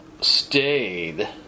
stayed